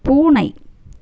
பூனை